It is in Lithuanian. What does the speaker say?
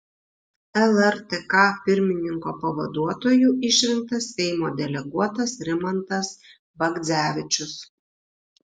lrtk pirmininko pavaduotoju išrinktas seimo deleguotas rimantas bagdzevičius